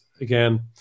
again